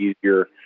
easier